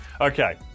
okay